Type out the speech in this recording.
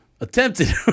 attempted